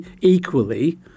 equally